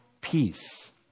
peace